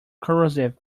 corrosive